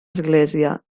església